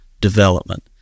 development